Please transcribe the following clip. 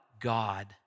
God